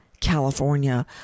California